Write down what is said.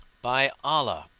by allah,